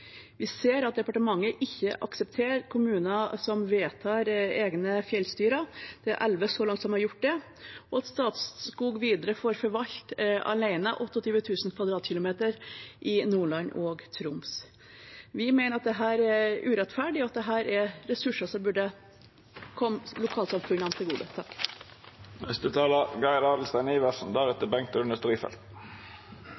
Vi ser at departementet ikke aksepterer kommuner som vedtar egne fjellstyre, det er elleve så langt som har gjort det, og at Statskog videre får forvalte 28 000 km 2 alene i Nordland og Troms. Vi mener at dette er urettferdig, og at dette er ressurser som burde komme lokalsamfunnene til gode.